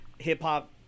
Hip-hop